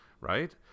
right